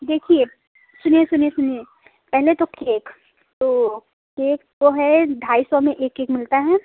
देखिए सुनिए सुनिए सुनिए पहले तो केक तो केक तो है ढाई सौ में एक एक मिलता है